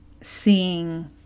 seeing –